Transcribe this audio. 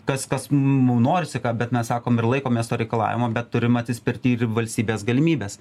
kas kas mum norisi bet mes sakom ir laikomės to reikalavimo bet turim atsispirti ir į valstybės galimybes